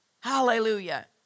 Hallelujah